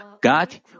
God